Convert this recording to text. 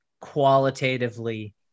qualitatively